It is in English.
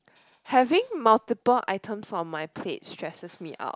having multiple items on my plate stresses me out